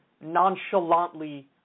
nonchalantly